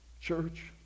Church